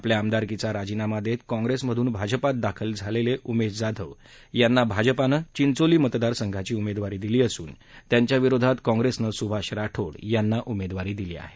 आपल्या आमदारकीचा राजीनामा देत काँप्रेसमधून भाजपात दाखल झालेले उमेश जाधव यांना भाजपानं चिंचोली मतदारसंघाची उमेदवारी दिली असून त्यांच्याविरोधात काँग्रेसनं सुभाष राठोड यांना उमेदवारी दिली आहे